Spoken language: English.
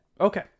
Okay